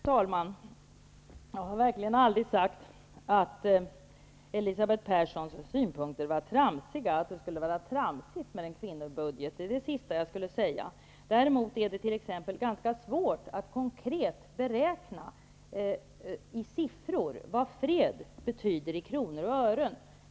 Herr talman! Jag har verkligen aldrig sagt att Elisabeth Perssons synpunkter var tramsiga, att en kvinnobudget skulle vara tramsig -- det är det sista jag skulle säga. Däremot är det ganska svårt att konkret beräkna vad fred betyder i kronor och ören.